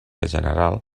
general